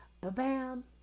ba-bam